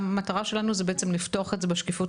המטרה היא לפתוח את זה כמה שיותר לשקיפות